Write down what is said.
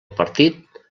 partit